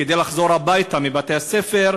כדי לחזור הביתה מבתי-הספר,